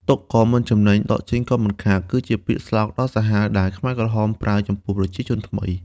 ទុកក៏មិនចំណេញ ដកចេញក៏មិនខាត គឺជាពាក្យស្លោកដ៏សាហាវដែលខ្មែរក្រហមប្រើចំពោះប្រជាជនថ្មី។